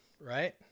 right